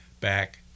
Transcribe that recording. back